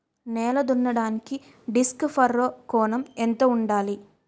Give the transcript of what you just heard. నేల దున్నడానికి disc furrow కోణం ఎంత ఉండాలి?